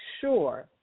sure